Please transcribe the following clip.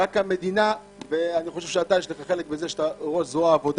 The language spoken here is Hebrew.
אלא שהמדינה ואני חושב שלך יש חלק בזה שאתה ראש זרוע העבודה